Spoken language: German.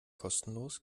kostenlos